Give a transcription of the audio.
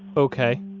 ok